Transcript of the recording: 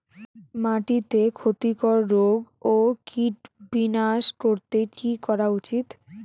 মাটিতে ক্ষতি কর রোগ ও কীট বিনাশ করতে কি করা উচিৎ?